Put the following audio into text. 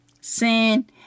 sin